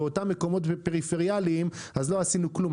באותם מקומות פריפריאליים אז לא עשינו כלום.